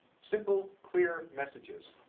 simple, clear messages,